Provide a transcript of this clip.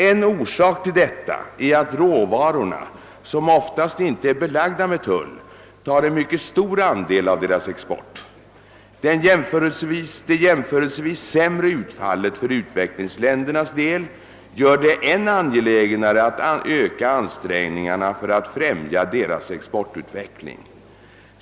En orsak till detta är att råvarorna, som oftast inte är belagda med tull, tar en mycket stor andel av deras export. Det jämförelsevis sämre utfallet för utvecklingsländernas del gör det än angelägnare att öka ansträngningarna för att främja deras exportutveckling.